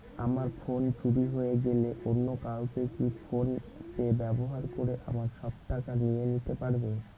আমার ফোন চুরি হয়ে গেলে অন্য কেউ কি ফোন পে ব্যবহার করে আমার সব টাকা নিয়ে নিতে পারবে?